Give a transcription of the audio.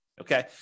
Okay